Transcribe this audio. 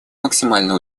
максимально